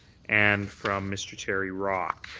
and from mr. terry rock.